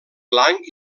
blanc